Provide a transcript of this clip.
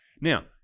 Now